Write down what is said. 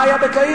מה היה בקהיר?